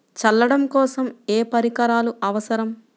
చల్లడం కోసం ఏ పరికరాలు అవసరం?